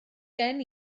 gen